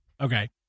Okay